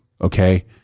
okay